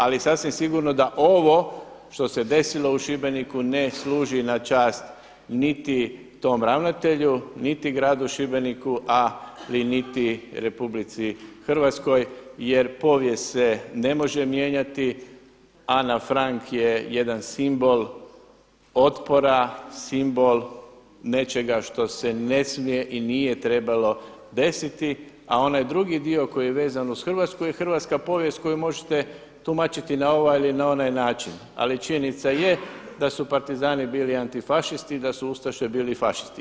Ali sasvim sigurno da ovo što se desilo u Šibeniku ne služi na čast niti tom ravnatelju niti gradu Šibeniku ali niti Republici Hrvatskoj jer povijest se ne može mijenjati, Ana Frank je jedan simbol otpora, simbol nečega što se ne smije i nije trebalo desiti a onaj drugi koji je vezan uz Hrvatsku je hrvatska povijest koju možete tumačiti na ovaj ili onaj način, ali činjenica je da su partizani bili antifašisti a da su ustaše bili fašisti.